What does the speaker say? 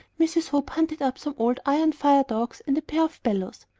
mrs. hope hunted up some old iron firedogs and a pair of bellows,